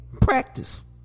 Practice